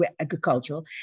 agricultural